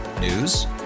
News